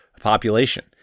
population